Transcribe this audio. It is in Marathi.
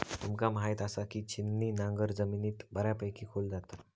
तुमका म्हायत आसा, की छिन्नी नांगर जमिनीत बऱ्यापैकी खोल जाता